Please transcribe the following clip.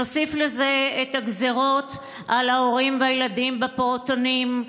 נוסיף לזה את הגזרות על ההורים והילדים בפעוטונים,